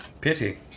Pity